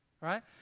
Right